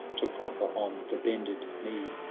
to profier on the bended knee.